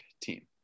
team